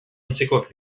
antzekoak